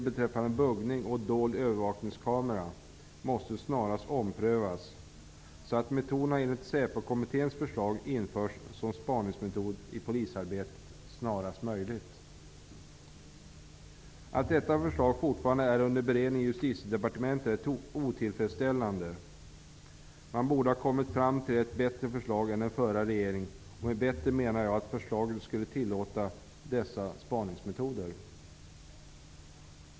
beträffande buggning och dold övervakningskamera, måste snarast omprövas så att dessa metoder enligt Säpokommitténs förslag införs som spaningsmetoder i polisarbetet snarast möjligt. Att detta förslag fortfarande är under beredning i Justitiedepartementet är otillfredsställande. Man borde ha kommit fram till ett bättre förslag än den förra regeringen gjorde. Med bättre menar jag att förslaget skulle tillåta buggning och dold övervakningskamera som spaningsmetoder.